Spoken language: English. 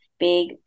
big